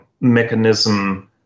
mechanism